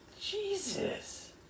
Jesus